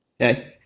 Okay